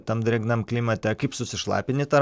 tam drėgnam klimate kaip susišlapini tą